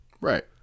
Right